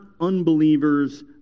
unbelievers